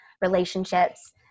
relationships